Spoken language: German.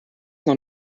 noch